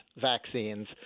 vaccines